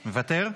מוותר,